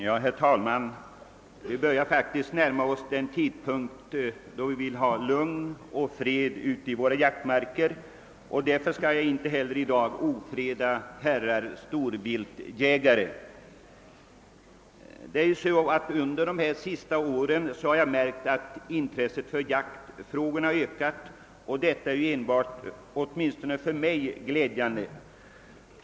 Herr talman! Vi börjar faktiskt närma oss den tidpunkt då vi vill ha lugn och fred ute i våra jaktmarker. Därför skall inte heller jag i dag ofreda herrar storviltjägare. Under de senaste åren har jag märkt att intresset för jaktfrågorna ökat. Detta är enbart glädjande, åtminstone för mig.